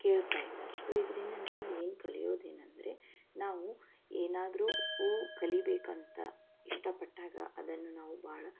ಕೇಳ್ತಾಯಿದ್ದ so ಇದರಿಂದ ನಾವು ಏನು ಕಲಿಯೋದೇನಂದ್ರೆ ನಾವು ಏನಾದರೂ ಕಲೀಬೇಕು ಅಂತ ಇಷ್ಟಪಟ್ಟಾಗ ಅದನ್ನು ನಾವು ಭಾಳ